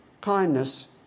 kindness